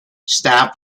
staff